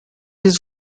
his